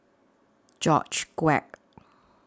George Quek